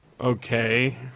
Okay